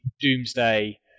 Doomsday